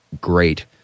great